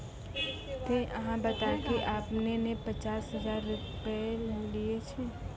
ते अहाँ बता की आपने ने पचास हजार रु लिए छिए?